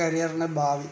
കരിയറിൻ്റെ ഭാവി